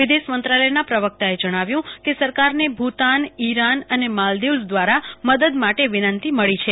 વિદેશ મંત્રાલયના પ્રવકતાએ જણાવ્યું કે સરકાને ભૂતાન ઈરાન અને માલદિવ્સ દવારા મદદ માટે વિનંતી મળી છે